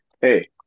hey